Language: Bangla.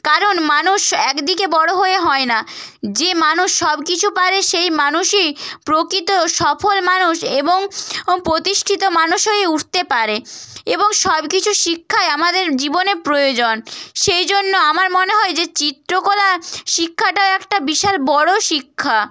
কারণ মানুষ এক দিকে বড়ো হয়ে হয় না যে মানুষ সব কিছু পারে সেই মানুষই প্রকৃত সফল মানুষ এবং প্রতিষ্ঠিত মানুষ হয়ে উঠতে পারে এবং সব কিছু শিক্ষাই আমাদের জীবনে প্রয়োজন সেই জন্য আমার মনে হয় যে চিত্রকলা শিক্ষাটাই একটা বিশাল বড়ো শিক্ষা